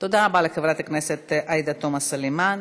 תודה רבה לחברת הכנסת עאידה תומא סלימאן.